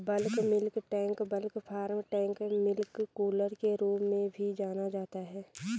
bulk milk tank bulk farm tank milk cooler के रूप में भी जाना जाता है,